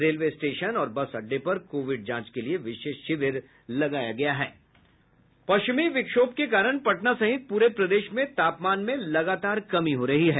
railway station और bus अड्डे पर कोविड जांच के लिए विशेष शिविर लगाया गया है पश्चिमी विक्षोभ के कारण पटना सहित पूरे प्रदेश में तापमान में लगातार कमी हो रही है